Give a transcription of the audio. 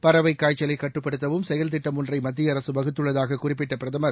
பறவைக் காய்ச்சலைக் கட்டுப்படுத்தவும் செயல்திட்டம் ஒன்றை மத்திய அரசு வகுத்துள்ளதாக குறிப்பிட்ட பிரதமர்